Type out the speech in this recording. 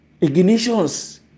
ignitions